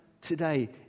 today